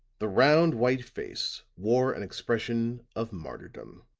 the round white face wore an expression of martyrdom.